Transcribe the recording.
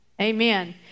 Amen